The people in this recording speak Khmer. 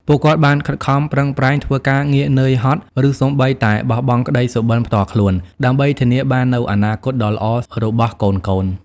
ពួកគាត់បានខិតខំប្រឹងប្រែងធ្វើការងារនឿយហត់ ឬសូម្បីតែបោះបង់ក្ដីសុបិនផ្ទាល់ខ្លួន ដើម្បីធានាបាននូវអនាគតដ៏ល្អរបស់កូនៗ។